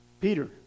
Peter